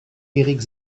erik